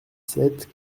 sept